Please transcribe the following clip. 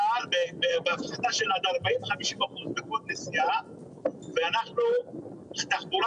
בהוספה של עד 40% ו-50% בכל נסיעה ואנחנו תחבורה